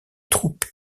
troupes